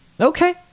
okay